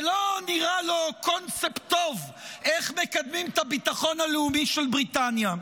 זה לא נראה לו קונספט טוב איך מקדמים את הביטחון הלאומי של בריטניה.